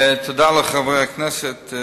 תודה לחברי הכנסת.